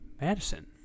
Madison